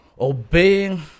Obeying